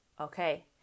okay